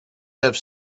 have